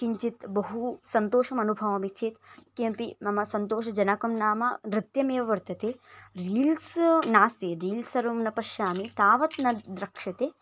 किञ्चित् बहु सन्तोषम् अनुभवामि चेत् किमपि मम सन्तोषजनकं नाम नृत्यमेव वर्तते रील्स् नास्ति रील्स् सर्वं न पश्यामि तावत् न द्रक्ष्यते